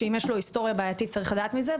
שאם יש לו היסטוריה בעייתית צריך לדעת מזה,